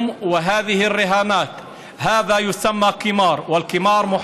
הישמרו לכם מההימורים האלה.